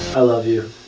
i love you.